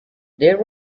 there